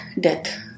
death